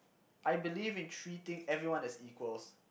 I believe in treating everyone as equals